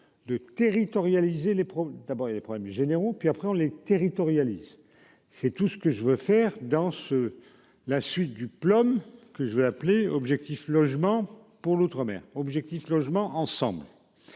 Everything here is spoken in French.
les. D'abord il y a les problèmes généraux et puis après on les territorialisée. C'est tout ce que je veux faire dans ce. La suite du Plot mais que je vais l'appeler objectif logement pour l'outre-mer objectif logement ensemble.